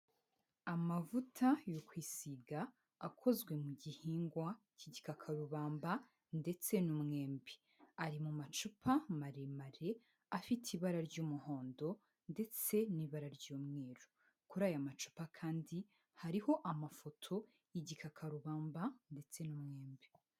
Amavuta yo kwisiga akozwe mu gihingwa k'igikakarubamba ndetse n'umwembe. Ari mu macupa maremare afite ibara ry'umuhondo ndetse n'ibara ry'umweru. Kuri aya macupa kandi hariho amafoto y'igikakarubamba ndetse n'umwembe.